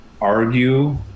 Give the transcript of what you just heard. argue